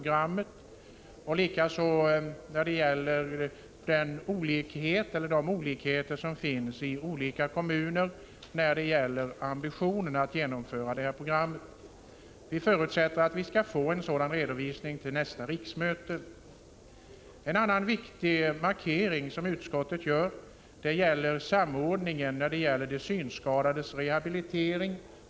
grammet och likaså om olikheterna i skilda kommuner när det gäller ambitionen att genomföra detta program. Utskottet förutsätter att vi skall få en sådan redovisning till nästa riksmöte. En annan viktig markering som utskottet gör gäller samordningen av de synskadades rehabilitering.